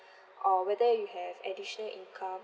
or whether you have additional income